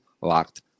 locked